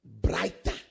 Brighter